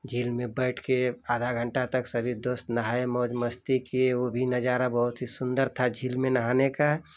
झील में बैठ के आधा घंटा तक सभी दोस्त नहाए मौज मस्ती किए वो भी नज़ारा बहुत ही सुन्दर था झील में नहाने का